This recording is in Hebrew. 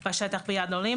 בו הרבה ביד לעולה.